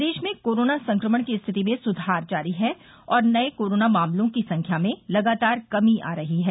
प्रदेश में कोरोना संक्रमण की स्थित में सुधार जारी है और नये कोरोना मामलों की संख्या में लगातार कमी आ रही है